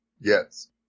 Yes